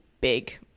big